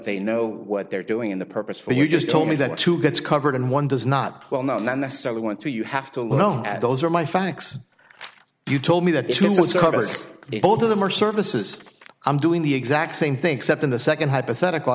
they know what they're doing in the purpose for you just told me that too gets covered and one does not well not necessarily want to you have to look at those are my facts you told me that every day both of them are services i'm doing the exact same thing except in the second hypothetical i